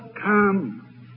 come